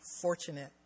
fortunate